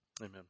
Amen